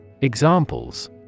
Examples